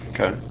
Okay